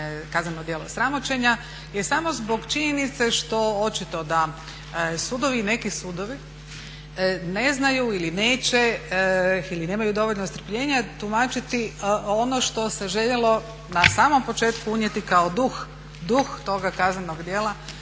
kazneno djelo sramoćenja je samo zbog činjenice što očito da sudovi, neki sudovi, ne znaju ili neće ili nemaju dovoljno strpljenja tumačiti ono što se željelo na samom početku unijeti kao duh toga kaznenog djela